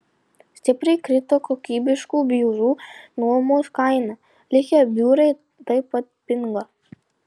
stipriai krito kokybiškų biurų nuomos kaina likę biurai taip pat pinga